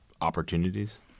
opportunities